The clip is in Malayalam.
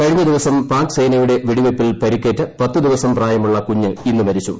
കഴിഞ്ഞ ദിവസംപാക് സേനയുടെ വെടിവെയ്പ്പിൽ പരിക്കേറ്റ പത്തു ദിവസം പ്രായമുള്ള കുഞ്ഞ് ഇന്ന് മരിച്ചു